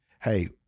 Hey